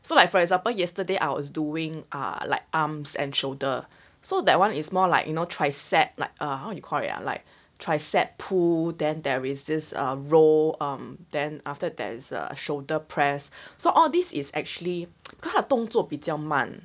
so like for example yesterday I was doing ah like arms and shoulder so that one is more like you know tricep like uh how you call it ah like tricep pull then there is this uh row um then after that as uh shoulder press so all this is actually 他的动作比较慢